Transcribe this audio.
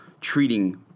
treating